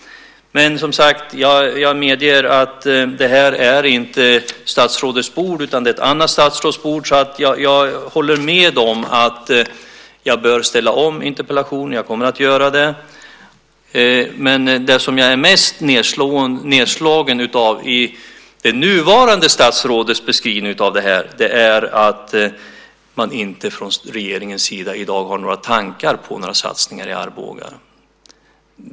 Jag medger att det här inte är statsrådets bord, utan det är ett annat statsråds bord. Jag håller med om att jag bör ställa om interpellationen. Jag kommer att göra det. Men det som jag är mest nedslagen av i det aktuella statsrådets beskrivning av det här är att man från regeringens sida i dag inte har några tankar på några satsningar i Arboga.